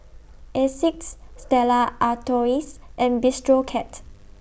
Asics Stella Artois and Bistro Cat